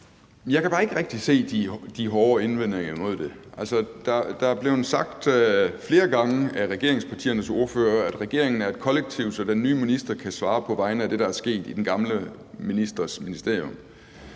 Jeg kan bare ikke rigtig se de hårde invendinger imod det. Der er blevet sagt flere gange af regeringspartiernes ordførere, at regeringen er et kollektiv, så den nye minister kan svare på vegne af det, der er sket i den tidligere ministers ministerium.